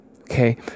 Okay